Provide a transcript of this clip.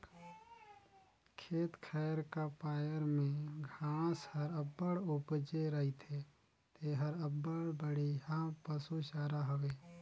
खेत खाएर का पाएर में घांस हर अब्बड़ उपजे रहथे जेहर अब्बड़ बड़िहा पसु चारा हवे